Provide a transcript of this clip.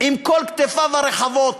עם כל כתפיו הרחבות.